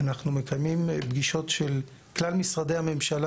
אנחנו מקיימים פגישות של כלל משרדי הממשלה